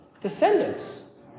Descendants